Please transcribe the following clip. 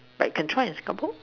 like can try in Singapore